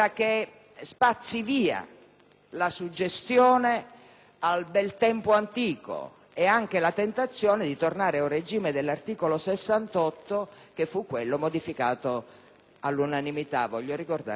la suggestione del bel tempo antico e la tentazione di tornare ad un regime dell'articolo 68 che fu modificato all'unanimità - voglio ricordarlo - nel 1993.